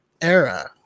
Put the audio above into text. era